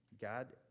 God